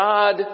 God